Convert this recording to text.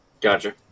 gotcha